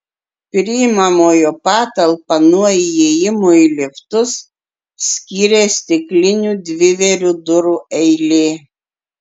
priimamojo patalpą nuo įėjimų į liftus skyrė stiklinių dvivėrių durų eilė